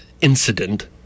incident